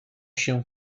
się